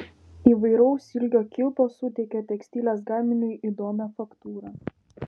įvairaus ilgio kilpos suteikia tekstilės gaminiui įdomią faktūrą